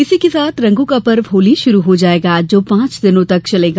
इसी के साथ रंगों का पर्व होली शुरू हो जायेगा जो पांच दिनों तक चलेगा